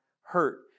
hurt